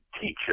teacher